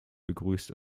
begrüßt